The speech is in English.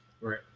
Right